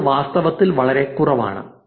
അത് വാസ്തവത്തിൽ വളരെ കുറവാണു